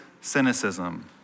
cynicism